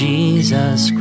Jesus